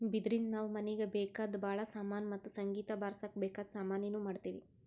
ಬಿದಿರಿನ್ದ ನಾವ್ ಮನೀಗ್ ಬೇಕಾದ್ ಭಾಳ್ ಸಾಮಾನಿ ಮತ್ತ್ ಸಂಗೀತ್ ಬಾರ್ಸಕ್ ಬೇಕಾದ್ ಸಾಮಾನಿನೂ ಮಾಡ್ತೀವಿ